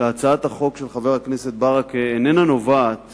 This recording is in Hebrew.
להצעת החוק של חבר הכנסת ברכה איננה נובעת